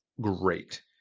great